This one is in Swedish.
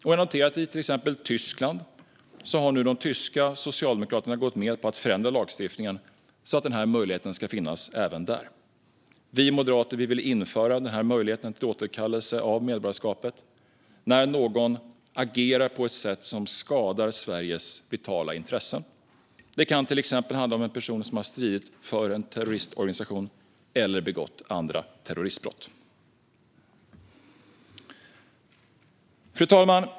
Och jag noterar att i till exempel Tyskland har nu de tyska socialdemokraterna gått med att förändra lagstiftningen så att denna möjlighet ska finnas även där. Vi moderater vill införa den här möjligheten till återkallelse av medborgarskapet när någon agerar på ett sätt som skadar Sveriges vitala intressen. Det kan till exempel handla om en person som har stridit för en terroristorganisation eller begått andra terroristbrott. Fru talman!